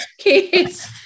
kids